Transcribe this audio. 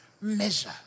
measure